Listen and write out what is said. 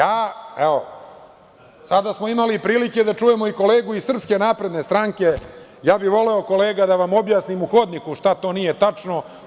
Evo, sada smo imali prilike da čujemo i kolegu iz SNS, a voleo bih kolega da vam objasnim u hodniku šta to nije tačno.